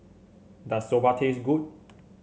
does Soba taste good